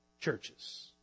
churches